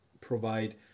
provide